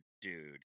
dude